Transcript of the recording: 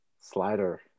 Slider